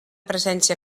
presència